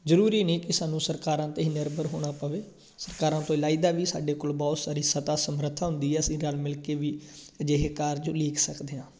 ਜ਼ਰੂਰੀ ਨਹੀਂ ਕਿ ਸਾਨੂੰ ਸਰਕਾਰਾਂ ਤੇ ਹੀ ਨਿਰਭਰ ਹੋਣਾ ਪਵੇ ਸਰਕਾਰਾਂ ਤੋਂ ਇਲਾਈਦਾ ਵੀ ਸਾਡੇ ਕੋਲ ਬਹੁਤ ਸਾਰੀ ਸੱਤਾ ਸਮਰੱਥਾ ਹੁੰਦੀ ਹੈ ਅਸੀਂ ਰਲ ਮਿਲ ਕੇ ਵੀ ਅਜਿਹੇ ਕਾਰਜ ਉਲੀਕ ਸਕਦੇ ਹਾਂ